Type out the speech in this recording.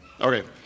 Okay